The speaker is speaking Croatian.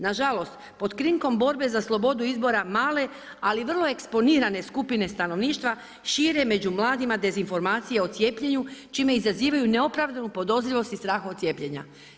Nažalost, pod krinkom borbe za slobodu izbora male ali vrlo eksponirane skupine stanovništva šire među mladima dezinformacije o cijepljenju čime izazivaju neopravdanu podozrivost i strah od cijepljenja.